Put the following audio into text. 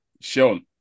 Sean